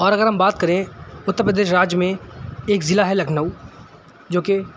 اور اگر ہم بات کریں اتر پردیش راجیہ میں ایک ضلع ہے لکھنؤ جوکہ